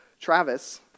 Travis